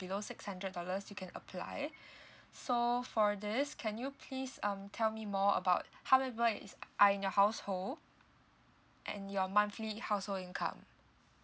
below six hundred dollars you can apply so for this can you please um tell me more about how many member is are in your household and your monthly household income